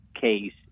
case